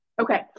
Okay